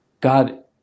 God